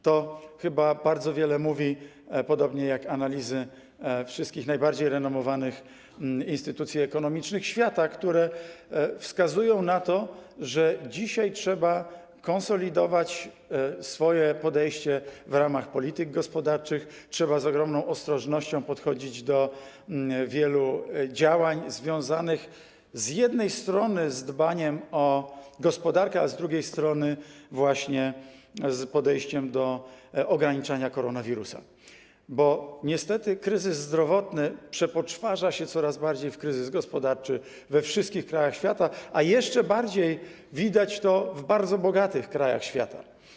To chyba bardzo wiele mówi, podobnie jak analizy wszystkich najbardziej renomowanych instytucji ekonomicznych świata, które wskazują na to, że dzisiaj trzeba konsolidować swoje podejście w ramach polityk gospodarczych, trzeba z ogromną ostrożnością podchodzić do wielu działań związanych z jednej strony z dbaniem o gospodarkę, a z drugiej strony właśnie z podejściem do ograniczania koronawirusa, bo niestety kryzys zdrowotny coraz bardziej przepoczwarza się w kryzys gospodarczy we wszystkich krajach świata, co wyraźnie widać w bardzo bogatych krajach świata.